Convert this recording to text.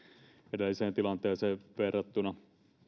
edelliseen tilanteeseen verrattuna